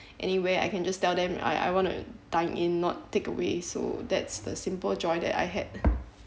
anyway I can just tell them I I want to dine in not take away so that's the simple joy that I had